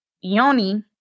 Yoni